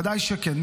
ודאי שכן,